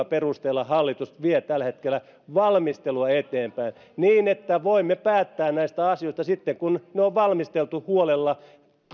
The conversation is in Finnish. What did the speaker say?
perusteella hallitus vie tällä hetkellä valmistelua eteenpäin niin että voimme päättää näistä asioista sitten kun ne on valmisteltu huolella